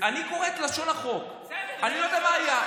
אני קורא את לשון החוק, אני לא יודע מה היה.